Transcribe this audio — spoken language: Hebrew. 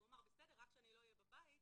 הוא אמר: בסדר, רק שאני לא אהיה בבית,